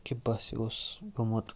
کہِ بہٕ ہسا اوسُس گوٚمُت